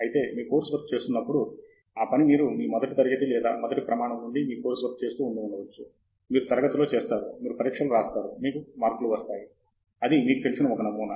అయితే మీరు course work చేస్తున్నప్పుడు ఆ పని మీరు మీ మొదటి తరగతి లేదా మొదటి ప్రమాణం నుండి మీ కోర్సు వర్క్ చేస్తూ ఉండి ఉండవచ్చు మీరు తరగతి లో చేస్తారు మీరు పరీక్షలు రాస్తారు మీకు మార్కులు వస్తాయి అది మీకు తెలిసిన ఒక నమూనా